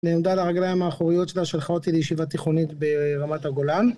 נעמדה על הרגליים האחוריות שלה שלחה אותי לישיבה תיכונית ברמת הגולן